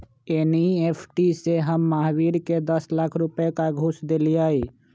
NEFT से हम महावीर के दस लाख रुपए का घुस देलीअई